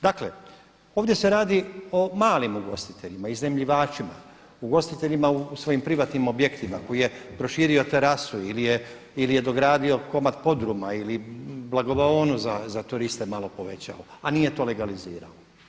Dakle, ovdje se radi o malim ugostiteljima, iznajmljivačima, ugostiteljima u svojim privatnim objektima koji je proširio terasu ili je dogradio komad podruma ili blagovaonu za turiste malo povećao a nije to legalizirao.